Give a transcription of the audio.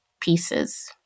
pieces